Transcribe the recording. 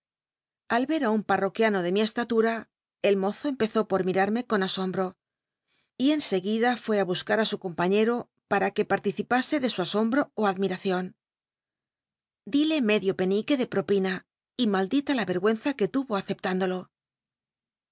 al er un j iii'j'o juiano de mi cstatura el mozo empezó por mirarme con asombro y en seguida fué á buscar i su eompañero para jue participase de su asombro ó admiracion dile medio penique de pl'opina y maldita la rcrg icnza c ue tuvo acep